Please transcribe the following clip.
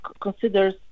considers